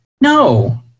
No